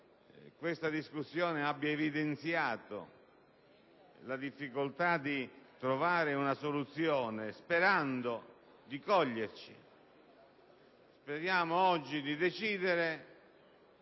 questa discussione abbia evidenziato la difficoltà di trovare una soluzione. Sperando di coglierci, speriamo oggi di decidere